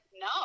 no